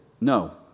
No